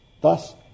Thus